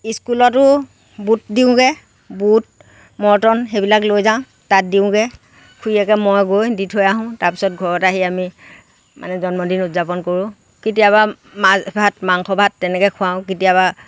স্কুলতো বুট দিওঁগৈ বুট মৰ্টন সেইবিলাক লৈ যাওঁ তাত দিওঁগৈ খুৰীয়েকে মইয়ে গৈ দি থৈ আহোঁ তাৰ পিছত ঘৰত আহি আমি মানে জন্মদিন উদযাপন কৰোঁ কেতিয়াবা মাছ ভাত মাংস ভাত তেনেকৈ খুৱাওঁ কেতিয়াবা